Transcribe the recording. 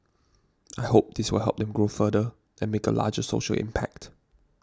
I hope this will help them grow further and make a larger social impact